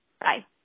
Bye